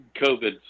COVID